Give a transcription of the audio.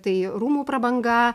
tai rūmų prabanga